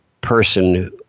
person